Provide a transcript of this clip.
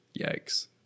Yikes